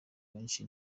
benshi